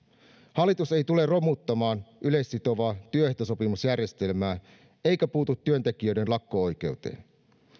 hallitus ei tule romuttamaan yleissitovaa työehtosopimusjärjestelmää eikä puutu työntekijöiden lakko oikeuteen